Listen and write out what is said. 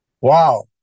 Wow